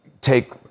Take